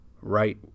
right